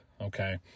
okay